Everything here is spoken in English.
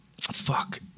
Fuck